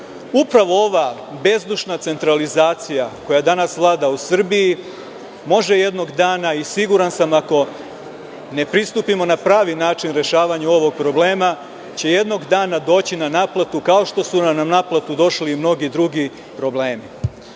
ova bezdušna centralizacija koja danas vlada u Srbiji može jednog dana, i siguran sam, ako ne pristupimo na pravi način rešavanju ovog problema, doći na naplatu, kao što su nam na naplatu došli i mnogi drugi problemi.